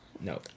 No